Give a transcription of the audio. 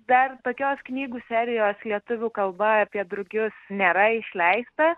dar tokios knygų serijos lietuvių kalba apie drugius nėra išleista